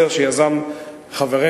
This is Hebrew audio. איזו מדינה פלסטינית אתה מדבר,